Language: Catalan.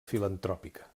filantròpica